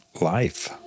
life